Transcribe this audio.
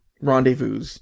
rendezvous